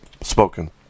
spoken